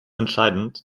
entscheidend